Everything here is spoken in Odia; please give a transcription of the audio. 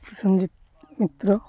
ସଂଜିତ ମିତ୍ର